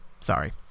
Sorry